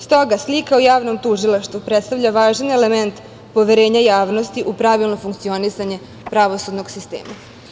Stoga, slika o javnom tužilaštvu predstavlja važan element poverenja javnosti u pravilno funkcionisanje pravosudnog sistema“